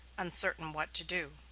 uncertain what to do.